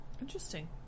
Interesting